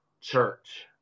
church